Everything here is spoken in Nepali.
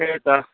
त्यही त